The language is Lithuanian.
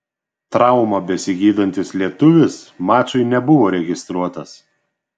traumą besigydantis lietuvis mačui nebuvo registruotas